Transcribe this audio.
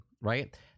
right